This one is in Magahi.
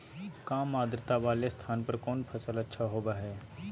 काम आद्रता वाले स्थान पर कौन फसल अच्छा होबो हाई?